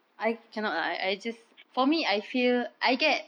I cannot lah I I just for me I feel I get